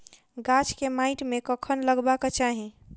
गाछ केँ माइट मे कखन लगबाक चाहि?